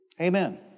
Amen